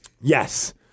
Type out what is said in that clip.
Yes